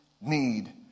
need